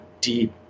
deep